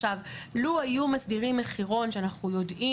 לו היו מסדירים מחירון שאנחנו יודעים